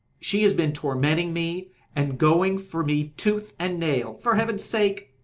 she has been tormenting me and going for me tooth and nail. for heaven's sake,